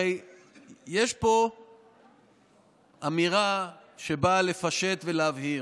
הרי יש פה אמירה שבאה לפשט ולהבהיר.